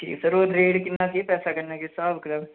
केह् ओह् रेट किन्ना केह् पैसा कन्नै केह् स्हाब कताब